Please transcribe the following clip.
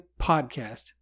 podcast